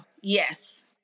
yes